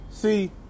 See